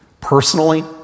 Personally